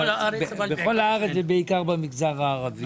בכל הארץ ובעיקר במגזר הערבי.